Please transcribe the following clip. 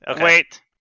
Wait